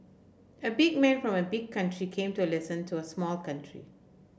a big man from a big country came to listen to a small country